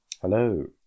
Hello